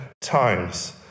times